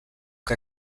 que